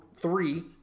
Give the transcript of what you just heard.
three